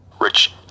rich